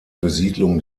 besiedlung